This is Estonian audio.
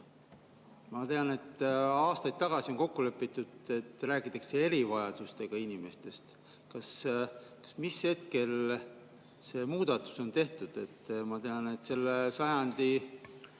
Ma tean, et aastaid tagasi on kokku lepitud, et räägitakse erivajadusega inimestest. Mis hetkel see muudatus on tehtud? Ma tean, et selle sajandi